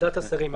ועדת השרים.